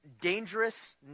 Dangerous